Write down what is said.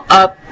up